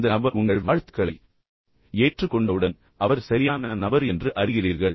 அந்த நபர் உங்கள் வாழ்த்துக்களை ஏற்றுக்கொண்டவுடன் அவர் சரியான நபர் என்பதை நீங்கள் அறிவீர்கள்